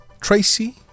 Tracy